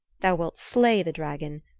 thou wilt slay the dragon,